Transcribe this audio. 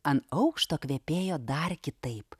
ant aukšto kvepėjo dar kitaip